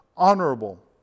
honorable